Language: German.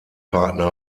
partner